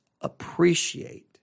appreciate